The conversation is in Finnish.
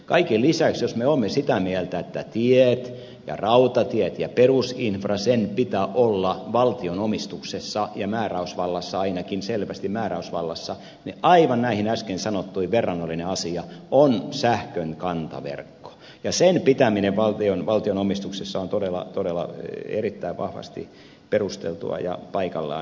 kaiken lisäksi jos me olemme sitä mieltä että teiden ja rautateiden ja perusinfran pitää olla valtion omistuksessa ja määräysvallassa ainakin selvästi määräysvallassa niin aivan näihin äsken sanottuihin verrannollinen asia on sähkön kantaverkko ja sen pitäminen valtion omistuksessa on todella todella erittäin vahvasti perusteltua ja paikallaan